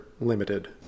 limited